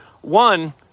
One